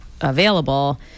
available